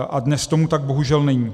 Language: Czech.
A dnes tomu tak bohužel není.